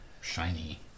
Shiny